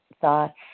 thoughts